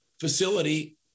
facility